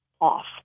off